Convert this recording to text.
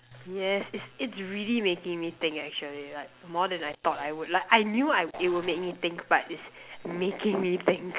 yes it's it's really making me think actually like more than I thought I would like I knew it would make me think but it's making me think